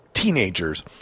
teenagers